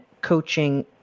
coaching